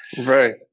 right